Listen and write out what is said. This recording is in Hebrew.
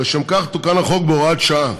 ולשם כך תוקן החוק בהוראת שעה.